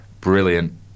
Brilliant